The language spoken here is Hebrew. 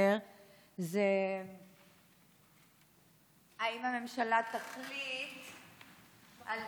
לסדר-היום היא "האם הממשלה תחליט על